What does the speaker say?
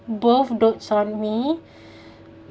both dotes on me